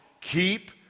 Keep